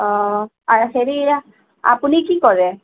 অ' হেৰি আপুনি কি কৰে